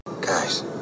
Guys